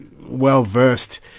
well-versed